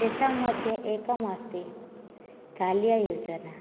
तेषां मध्ये एकमस्ति काल्ययोजना